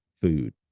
food